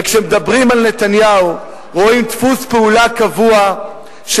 וכשמדברים על נתניהו רואים דפוס פעולה קבוע של